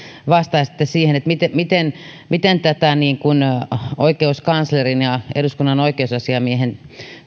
vastaisitte siihen että miten tätä oikeuskanslerin ja eduskunnan oikeusasiamiehen